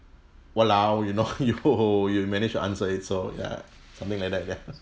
!walao! you know you you manage to answer it so ya something like that ya